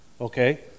Okay